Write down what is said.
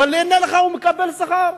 אבל הוא מקבל שכר.